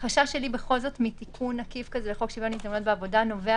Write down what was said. החשש שלי מתיקון עקיף כזה לחוק שוויון הזדמנויות בעבודה נובע